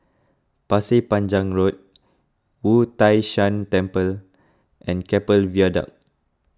Pasir Panjang Road Wu Tai Shan Temple and Keppel Viaduct